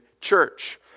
church